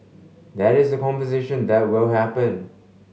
that is the conversation that will happen